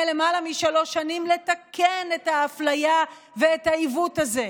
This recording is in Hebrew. למעלה משלוש שנים לתקן את האפליה ואת העיוות הזה,